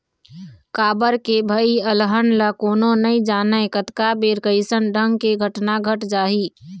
काबर के भई अलहन ल कोनो नइ जानय कतका बेर कइसन ढंग के घटना घट जाही